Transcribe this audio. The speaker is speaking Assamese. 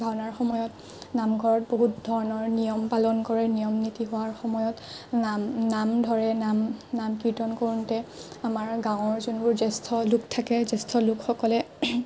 ভাওনাৰ সময়ত নামঘৰত বহুত ধৰণৰ নিয়ম পালন কৰে নিয়ম নীতি হোৱাৰ সময়ত নাম নাম ধৰে নাম নাম কীৰ্তন কৰোঁতে আমাৰ গাঁৱৰ যোনবোৰ জ্যেষ্ঠ লোক থাকে জ্যেষ্ঠ লোকসকলে